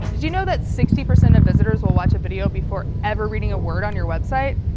did you know that sixty percent of visitors will watch a video before ever reading a word on your website?